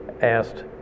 asked